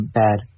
bad